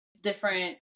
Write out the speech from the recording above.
different